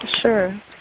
Sure